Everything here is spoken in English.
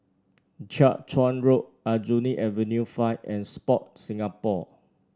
Jiak Chuan Road Aljunied Avenue Five and Sport Singapore